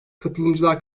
katılımcılar